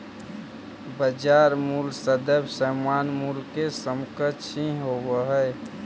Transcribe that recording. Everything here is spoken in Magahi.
बाजार मूल्य सदैव सामान्य मूल्य के समकक्ष ही होवऽ हइ